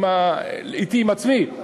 אתי, עם עצמי.